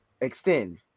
Extend